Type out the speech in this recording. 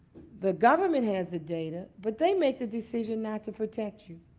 the government has the data, but they make the decision not to protect you,